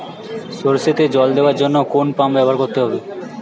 সরষেতে জল দেওয়ার জন্য কোন পাম্প ব্যবহার করতে হবে?